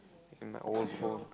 in my old phone